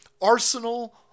arsenal